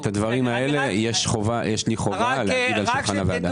את הדברים האלו יש לי חובה למסור לוועדה.